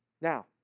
Now